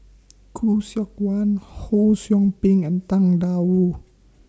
Khoo Seok Wan Ho SOU Ping and Tang DA Wu